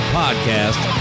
podcast